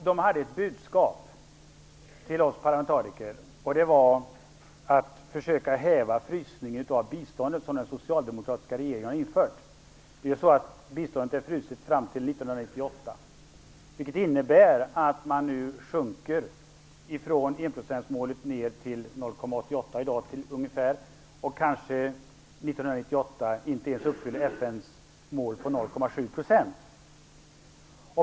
De hade ett budskap till oss parlamentariker: Försök att häva den frysning av biståndet som den socialdemokratiska regeringen har infört. Biståndet är fryst fram till 1998, vilket innebär att man sjunker från enprocentsmålet ner till 0,88 % i dag, och 1998 kanske inte ens uppnår FN:s mål 0,7 %.